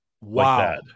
Wow